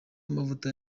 amavuta